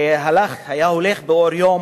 שהיה הולך באור יום